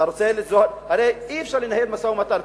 הרי אי-אפשר לנהל משא-ומתן,